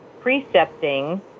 precepting